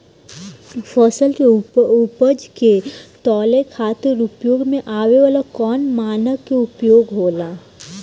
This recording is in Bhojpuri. फसल के उपज के तौले खातिर उपयोग में आवे वाला कौन मानक के उपयोग होला?